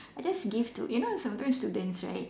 I just give to you know sometime students right